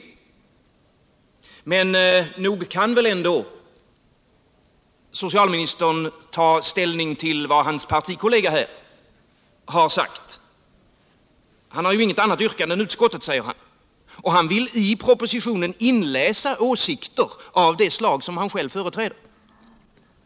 I juni 1978 Men nog kan väl socialministern ändå ta ställning till vad hans partikollega här har sagt. Han har ju inget annat yrkande än utskottets, säger han, och han villi propositionen inläsa åsikter av det slag som han själv företräder.